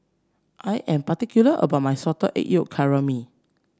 I am particular about my Salted Egg Yolk Calamari